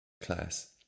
class